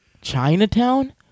Chinatown